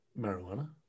marijuana